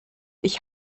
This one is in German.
ich